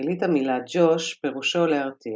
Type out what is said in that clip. תחילית המילה, Josh, פירושו "להרתיח"